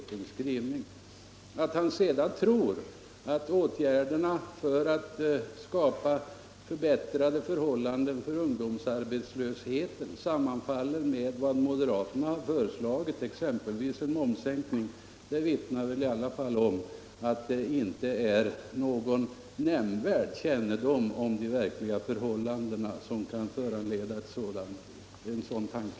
Att herr Burenstam Linder sedan tror att åtgärderna för att skapa förbättrade förhållanden när det gäller ungdomsarbetslösheten skulle sammanfalla med vad moderaterna föreslagit, exempelvis en momssänkning, tyder i alla fall på en bristande kännedom om de verkliga förhållandena. Något annat kan inte föranleda en sådan tanke.